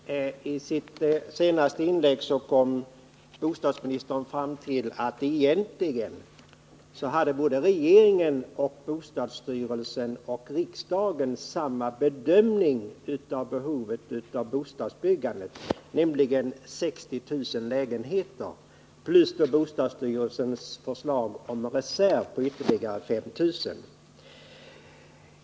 Herr talman! I sitt senaste inlägg kom bostadsministern fram till att regeringen, bostadsstyrelsen och riksdagen egentligen hade samma bedömning av behovet av bostadsbyggande, nämligen 60 000 lägenheter plus bostadsstyrelsens förslag om en reserv på ytterligare 5 000.